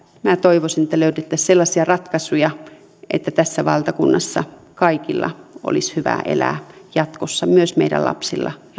minä toivoisin että löydettäisiin sellaisia ratkaisuja että tässä valtakunnassa kaikilla olisi hyvä elää jatkossa myös meidän lapsillamme